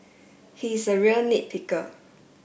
he is a real nit picker